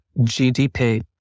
GDP